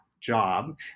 job